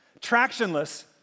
tractionless